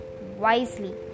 wisely